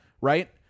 Right